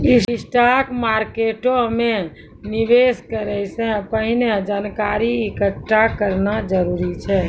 stock मार्केटो मे निवेश करै से पहिले जानकारी एकठ्ठा करना जरूरी छै